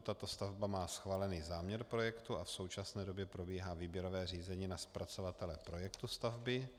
Tato stavba má schválený záměr projektu a v současné době probíhá výběrové řízení na zpracovatele projektu stavby.